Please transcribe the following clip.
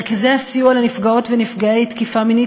מרכזי הסיוע לנפגעות ונפגעי תקיפה מינית